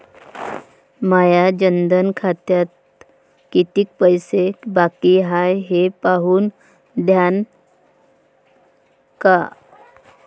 माया जनधन खात्यात कितीक पैसे बाकी हाय हे पाहून द्यान का?